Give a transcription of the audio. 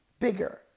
bigger